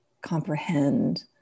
comprehend